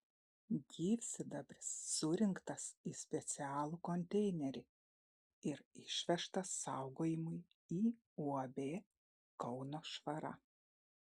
gyvsidabris surinktas į specialų konteinerį ir išvežtas saugojimui į uab kauno švara